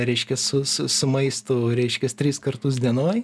reiškias su su su maistu reiškias tris kartus dienoj